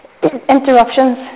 interruptions